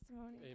Amen